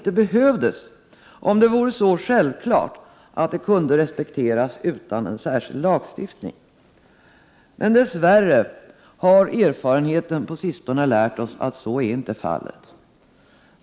1988/89:126 behövdes, om kyrkofriden vore så självklar att den kunde respekteras utan — 1 juni 1989 särskild lagstiftning. Dess värre har erfarenheten på sistone lärt oss att så inte är fallet.